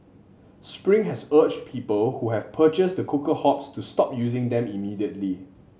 spring has urged people who have purchased the cooker hobs to stop using them immediately